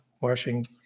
washing